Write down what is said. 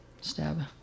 Stab